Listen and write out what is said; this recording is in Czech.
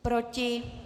Proti?